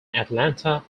atlanta